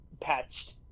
patched